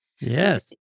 Yes